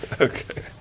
Okay